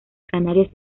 canarias